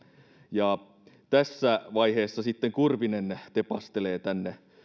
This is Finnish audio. ja tässä vaiheessa sitten kurvinen tepastelee tänne